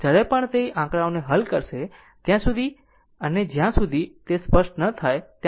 જ્યારે પણ તે આંકડાઓને હલ કરશે ત્યાં સુધી અને જ્યાં સુધી તે સ્પષ્ટ ન થાય ત્યાં સુધી RMS મૂલ્ય લેશે નહીં